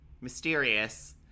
mysterious